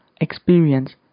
experience